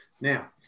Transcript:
Now